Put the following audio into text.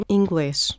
inglês